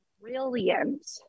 brilliant